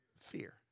Fear